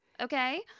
okay